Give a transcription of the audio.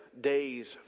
days